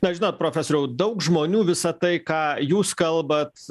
na žinot profesoriau daug žmonių visa tai ką jūs kalbat